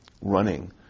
running